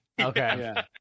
Okay